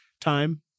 time